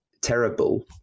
terrible